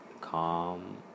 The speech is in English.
calm